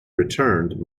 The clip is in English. returned